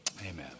amen